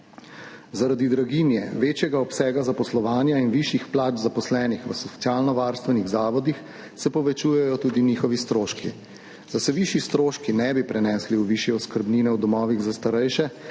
Zaradi draginje, večjega obsega zaposlovanja in višjih plač zaposlenih v socialnovarstvenih zavodih se povečujejo tudi njihovi stroški. Da se višji stroški ne bi prenesli v višje oskrbnine v domovih za starejše,